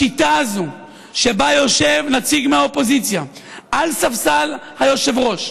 השיטה הזאת שבה יושב נציג מהאופוזיציה על ספסל היושב-ראש,